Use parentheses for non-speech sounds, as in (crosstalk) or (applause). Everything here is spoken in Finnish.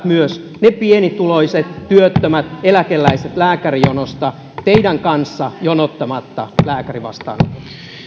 (unintelligible) myös ne pienituloiset työttömät eläkeläiset lääkärijonosta teidän kanssanne jonottamatta lääkärivastaanotolle